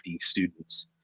students